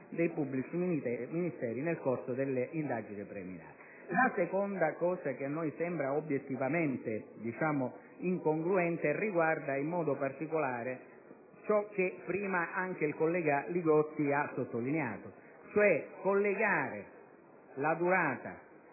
dei pubblici ministeri nel corso delle indagini preliminari. Il secondo aspetto che a noi sembra obiettivamente incongruente riguarda in modo particolare ciò che prima anche il collega Li Gotti ha sottolineato: il collegamento della durata